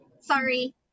sorry